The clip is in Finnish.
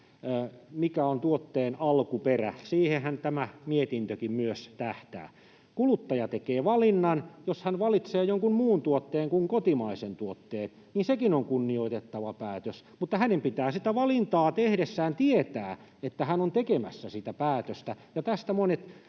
mikä on tuotteen alkuperä, siihenhän tämä mietintökin tähtää. Kuluttaja tekee valinnan. Jos hän valitsee jonkun muun tuotteen kuin kotimaisen tuotteen, niin sekin on kunnioitettava päätös, mutta hänen pitää sitä valintaa tehdessään tietää, että hän on tekemässä sitä päätöstä,